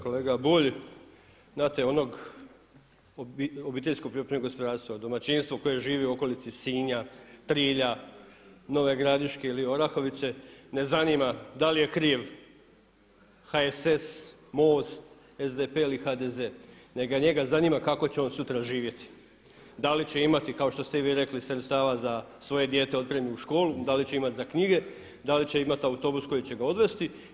Kolega Bulj, znate onog obiteljskog poljoprivrednog gospodarstva, domaćinstvo koje živi u okolici Sinja, Trilja, Nove Gradiške ili Orahovice ne zanima da li je kriv HSS, MOST, SDP ili HDZ, nego njega zanima kako će on sutra živjeti, da li će imati kao što ste i vi rekli sredstava za svoje dijete da otpremi u školu, da li će imati za knjige, da li će imati autobus koji će ga odvesti.